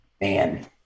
Man